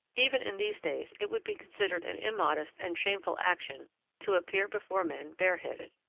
even in these days it would be considered an immodest and shameful action to appear before men bareheaded.